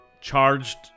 charged